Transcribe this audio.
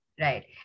right